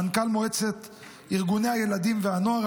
מנכ"ל מועצת ארגוני הילדים והנוער,